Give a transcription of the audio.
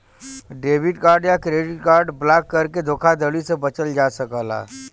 debit card या credit card block करके धोखाधड़ी से बचल जा सकला